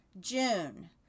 June